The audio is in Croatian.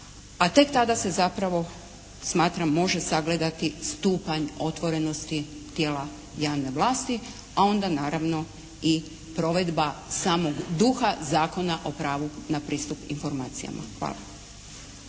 a tek tada se zapravo smatram može sagledati stupanj otvorenosti tijela javne vlasti, a onda naravno i provedba samog duha Zakona o pravu na pristup informacijama. Hvala.